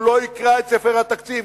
הוא לא יקרא את ספר התקציב,